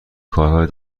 کارهای